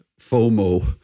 FOMO